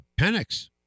Penix